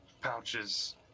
pouches